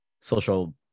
social